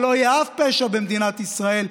שלא יהיה שום פשע במדינת ישראל,